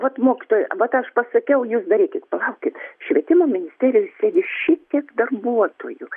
vat mokytoja vat aš pasakiau jūs darykit palaukit švietimo ministerijoj sėdi šitiek darbuotojų